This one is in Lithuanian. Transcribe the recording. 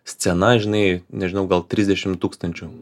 scena žinai nežinau gal trisdešim tūkstančių